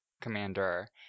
Commander